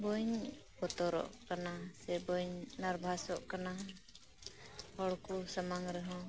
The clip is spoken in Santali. ᱵᱟᱹᱧ ᱵᱚᱛᱚᱨᱚᱜ ᱠᱟᱱᱟ ᱥᱮ ᱵᱟᱹᱧ ᱱᱟᱨᱵᱷᱟᱥᱚᱜ ᱠᱟᱱᱟ ᱦᱚᱲ ᱠᱩ ᱥᱟᱢᱟᱝ ᱨᱮᱦᱚᱸ